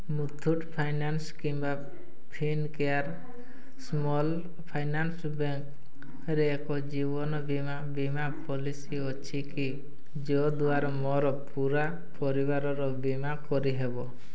Muthoot finance କିମ୍ବା Fincare small finance bank ରେ ଏକ ଜୀବନ ବୀମା ବୀମା ପଲିସି ଅଛିକି ଯଦ୍ଵାରା ମୋର ପୂରା ପରିବାରର ବୀମା କରିହେବ